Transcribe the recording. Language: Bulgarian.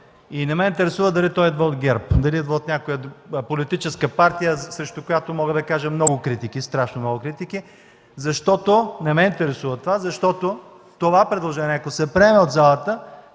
И не ме интересува дали то идва от ГЕРБ, дали идва от някоя политическа партия, срещу която мога да кажа страшно много критики. Не ме интересува това, защото предложението, ако се приеме от залата,